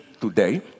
today